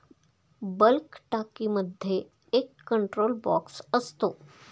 bulk टाकीमध्ये एक control box असतो